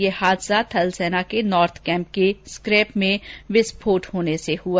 यह हादसा थलसेना के नॉर्थ केम्प के स्क्रेप में विस्फोट होने से हुआ